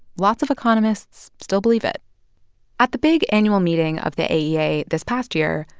lots of economists still believe it at the big annual meeting of the aea this past year,